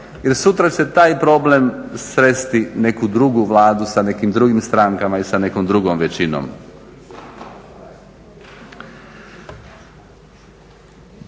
jer sutra će taj problem sresti neku drugu Vladu sa nekim drugim strankama i sa nekom drugom većinom.